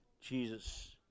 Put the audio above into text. Jesus